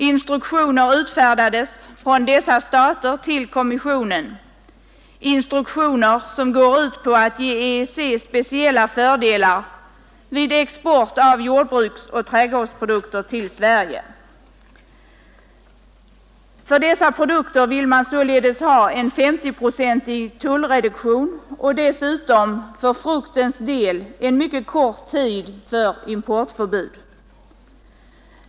Instruktioner utfärdades från dessa stater till kommissionen — instruktioner som går ut på att ge EEC speciella fördelar vid export av jordbruksoch trädgårdsprodukter till Sverige. För dessa produkter vill man således ha en S0-procentig tullreduktion och dessutom för fruktens del en mycket kort tid för importförbud.